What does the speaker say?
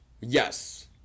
Yes